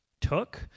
took